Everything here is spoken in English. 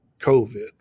COVID